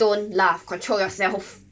don't laugh control yourself